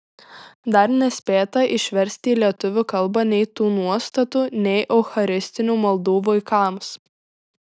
dar nespėta išversti į lietuvių kalbą nei tų nuostatų nei eucharistinių maldų vaikams